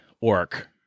orc